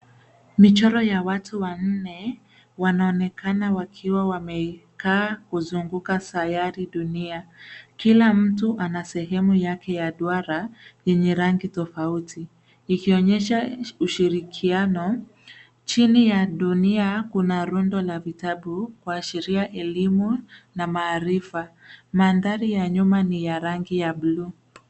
Michoro ya watu wannne wanaonekana wakiwa wamekaa kuzunguka sayari dunia. Kila mtu ana sehemu yake ya duara yenye rangi tofauti ikionyesha ushirikiano. Chini ya dunia kuna rundo la vitabu kuashiria elimu na maarifa. Mandhari ya nyuma ni ya rangi ya buluu.